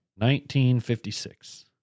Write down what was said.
1956